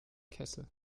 kessel